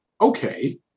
okay